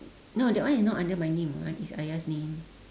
no that one is not under my name [what] it's ayah 's name